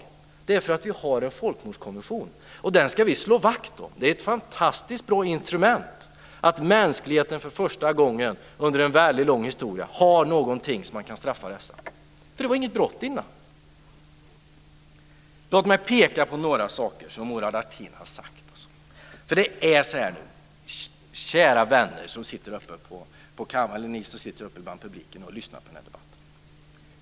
Det är för att vi har en folkmordskonvention, och den ska vi slå vakt om. Det är ett fantastiskt bra instrument, som mänskligheten för första gången under en väldigt lång historia kan använda för att bestraffa sådana här handlingar. Tidigare var de inte brottsliga. Låt mig peka på någr saker som Murad Artin har sagt. Kära vänner som sitter uppe på läktaren bland publiken i kammaren och lyssnar på detta.